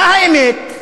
מה האמת?